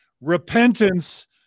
repentance